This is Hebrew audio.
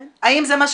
כן.